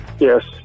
Yes